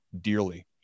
dearly